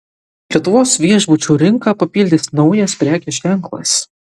lietuvos viešbučių rinką papildys naujas prekės ženklas